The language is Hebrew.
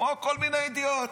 כמו כל מיני ידיעות.